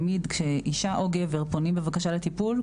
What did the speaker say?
תמיד כשאישה או גבר פונים בבקשה לטיפול,